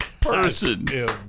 person